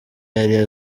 yari